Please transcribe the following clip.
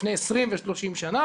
לפני 20 ו-30 שנה,